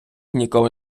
ніколи